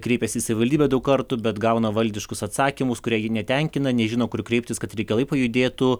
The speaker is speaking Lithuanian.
kreipėsi į savivaldybę daug kartų bet gauna valdiškus atsakymus kurie netenkina nežino kur kreiptis kad reikalai pajudėtų